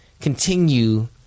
continue